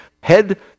head